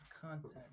content